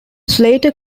slater